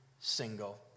single